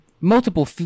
multiple